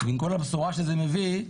ועם כל הבשורה שזה מביא,